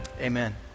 Amen